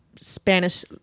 spanish